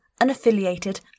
unaffiliated